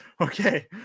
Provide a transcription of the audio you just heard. okay